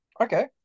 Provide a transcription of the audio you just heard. Okay